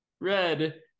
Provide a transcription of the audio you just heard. red